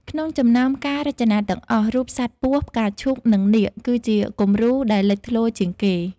ក្នុងចំណោមការរចនាទាំងអស់ រូបសត្វពស់ ផ្កាឈូក និងនាគ គឺជាគំរូដែលលេចធ្លោជាងគេ។